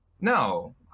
No